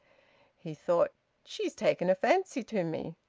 he thought she's taken a fancy to me!